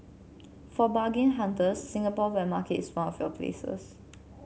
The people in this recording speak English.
for bargain hunters Singapore wet market is one of your places